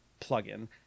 plugin